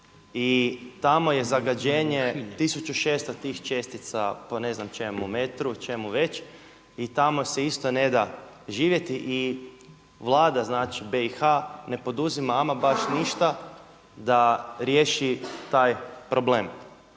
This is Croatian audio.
i tamo je zagađenje 1600 tih čestica po ne znam čemu metru, čemu već i tamo se isto ne da živjeti. I Vlada znači BiH ne poduzima ama baš ništa da riješi taj problem.